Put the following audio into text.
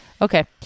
Okay